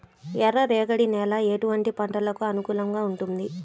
ఎర్ర రేగడి నేల ఎటువంటి పంటలకు అనుకూలంగా ఉంటుంది?